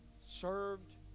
served